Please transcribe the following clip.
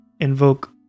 invoke